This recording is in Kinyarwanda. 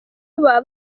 baba